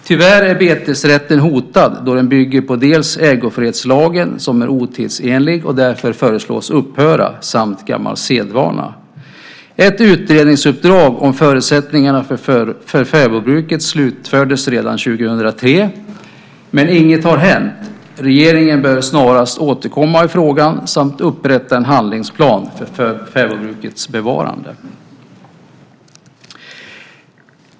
Tyvärr är betesrätten hotad, då den bygger på dels ägofredslagen, som är otidsenlig och därför föreslås upphöra, dels gammal sedvana. Ett utredningsuppdrag om förutsättningarna för fäbodbruket slutfördes redan 2003, men inget har hänt. Regeringen bör snarast återkomma i frågan samt upprätta en handlingsplan för fäbodbrukets bevarande.